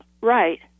right